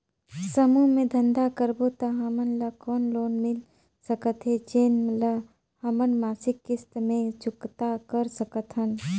समूह मे धंधा करबो त हमन ल कौन लोन मिल सकत हे, जेन ल हमन मासिक किस्त मे चुकता कर सकथन?